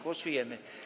Głosujemy.